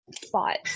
spot